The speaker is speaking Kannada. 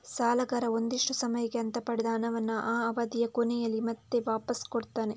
ಸಾಲಗಾರ ಒಂದಿಷ್ಟು ಸಮಯಕ್ಕೆ ಅಂತ ಪಡೆದ ಹಣವನ್ನ ಆ ಅವಧಿಯ ಕೊನೆಯಲ್ಲಿ ಮತ್ತೆ ವಾಪಾಸ್ ಕೊಡ್ತಾನೆ